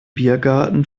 biergarten